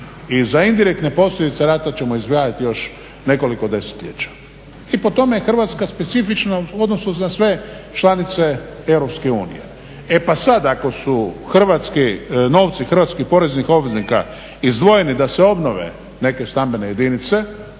I za indirektne posljedice rata ćemo izdvajati još nekoliko desetljeća. I po tome je Hrvatska specifična u odnosu na sve članice EU. E pa sad ako su hrvatski novci hrvatskih poreznih obveznika izdvojeni da se obnove neke stambene jedinice,